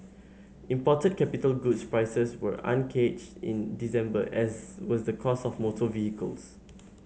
imported capital goods prices were unchanged in December as was the cost of motor vehicles